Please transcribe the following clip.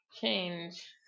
change